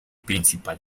principal